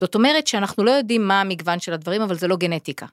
זאת אומרת שאנחנו לא יודעים מה המגוון של הדברים, אבל זה לא גנטיקה.